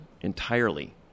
entirely